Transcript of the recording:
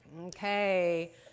Okay